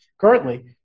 currently